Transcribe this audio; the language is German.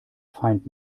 feind